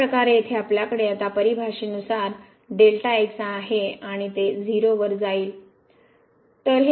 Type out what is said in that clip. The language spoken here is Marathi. अशा प्रकारे येथे आपल्याकडे आता परिभाषा नुसार आहे आणि ते 0 वर जाईल